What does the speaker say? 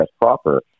proper